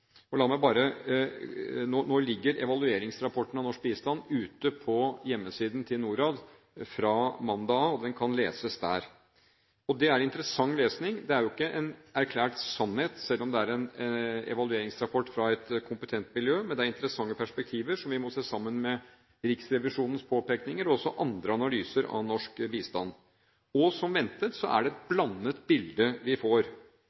Nå ligger evalueringsrapporten av norsk bistand ute på hjemmesiden til Norad fra mandag av, og den kan leses der. Det er interessant lesning. Det er jo ikke en erklært sannhet, selv om det er en evalueringsrapport fra et kompetent miljø, men det er interessante perspektiver som vi må se på sammen med Riksrevisjonens påpekninger og også andre analyser av norsk bistand. Som ventet er det et blandet bilde vi får.